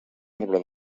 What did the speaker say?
arbre